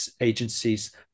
agencies